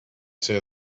say